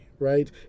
right